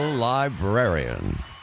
Librarian